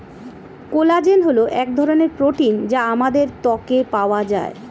collagen হল এক ধরনের প্রোটিন যা আমাদের ত্বকে পাওয়া যায়